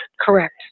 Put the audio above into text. Correct